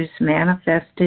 manifested